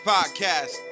Podcast